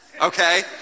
Okay